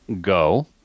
go